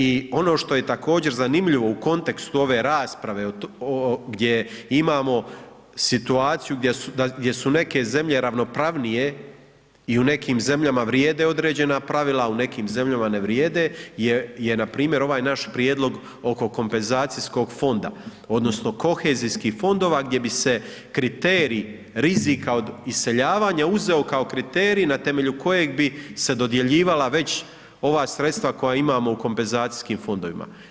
I ono što je također zanimljivo u kontekstu ove rasprave gdje imamo situaciju gdje su neke zemlje ravnopravnije i u nekim zemljama vrijede određena pravila, a u nekim zemljama ne vrijede je npr. ovaj naš prijedlog oko kompenzacijskog fonda odnosno kohezijskih fondova gdje bi se kriterij rizika od iseljavanja uzeo kao kriterij na temelju kojeg bi se dodjeljivala već ova sredstva koja imamo u kompenzacijskim fondovima.